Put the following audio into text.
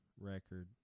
Record